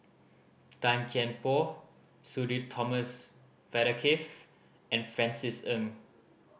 Tan Kian Por Sudhir Thomas Vadaketh and Francis Ng